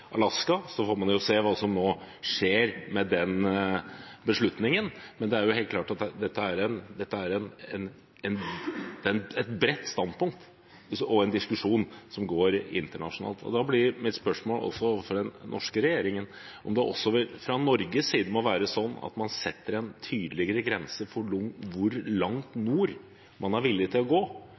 Alaska – og så får man se hva som nå skjer med den beslutningen. Det er helt klart at dette er et bredt standpunkt, og en diskusjon som går internasjonalt. Da blir mitt spørsmål til den norske regjeringen om det også fra Norges side må være sånn at man setter en tydeligere grense for hvor langt nord man er villig til å gå